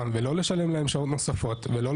אנחנו במשרד נותנים להם זכאות 22א והם